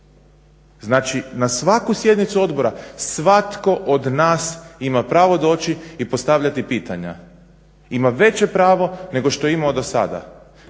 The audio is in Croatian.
Znači na svaku sjednicu odbora svatko od nas ima pravo doći i postavljati pitanja. Ima veće pravo nego što je imao do sada.